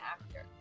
actor